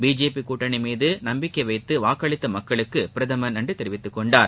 BJP கூட்டணி மீது நம்பிக்கை வைத்து வாக்களித்த மக்களுக்கு பிரதமர் நன்றி தெரிவித்துக் கொண்டார்